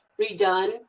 redone